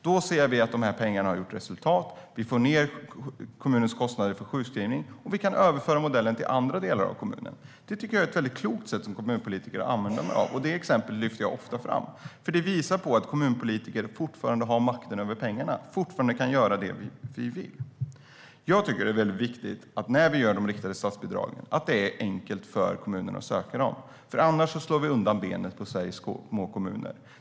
Då skulle man kunna se att pengarna lett till resultat, till att kommunens kostnader för sjukskrivningar minskat. I så fall skulle man kunna överföra modellen till andra delar av kommunen. Det var ett klokt sätt. Det exemplet lyfter jag ofta fram. Det visar nämligen att kommunpolitiker fortfarande har makten över pengarna och fortfarande kan göra det man vill. Det är viktigt att det är enkelt för kommunerna att söka de riktade statsbidragen. Annars slår vi undan benen för Sveriges små kommuner.